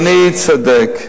אדוני צודק,